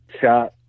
Shot